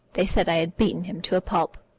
they said i had beaten him to a pulp.